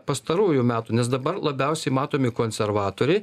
pastarųjų metų nes dabar labiausiai matomi konservatoriai